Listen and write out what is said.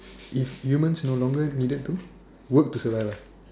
if humans no longer needed to work to survive ah